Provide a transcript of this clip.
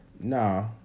nah